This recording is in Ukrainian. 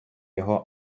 його